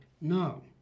No